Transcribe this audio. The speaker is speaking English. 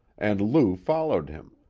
and lou followed him,